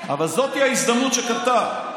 מה קשור הסכמה אמריקאית?